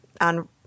on